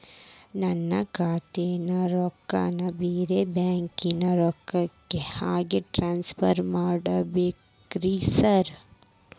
ನನ್ನ ಖಾತ್ಯಾಗಿನ ರೊಕ್ಕಾನ ಬ್ಯಾರೆ ಬ್ಯಾಂಕಿನ ಖಾತೆಗೆ ಹೆಂಗ್ ಟ್ರಾನ್ಸ್ ಪರ್ ಮಾಡ್ಬೇಕ್ರಿ ಸಾರ್?